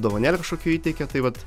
dovanėlę kažkokią įteikė tai vat